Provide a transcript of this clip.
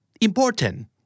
Important